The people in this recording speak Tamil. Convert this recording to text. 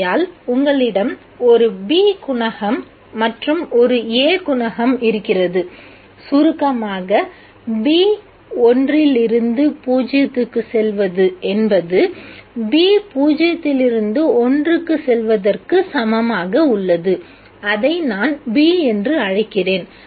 ஆகையால் உங்களிடம் ஒரு B குணகம் மற்றும் ஒரு A குணகம் இருக்கிறது சுருக்கமாக என்பது க்கு சமமாக உள்ளது அதை நான் B என்று அழைக்கிறேன்